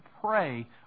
pray